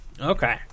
Okay